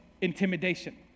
intimidation